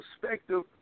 perspective